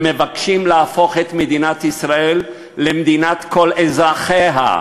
הם מבקשים להפוך את מדינת ישראל למדינת כל אזרחיה,